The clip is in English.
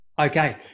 okay